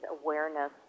awareness